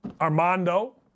Armando